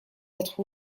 être